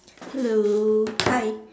hello hi